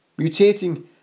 mutating